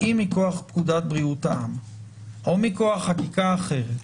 האם מכוח פקודת בריאות העם או מכוח חקיקה אחרת,